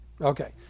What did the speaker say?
Okay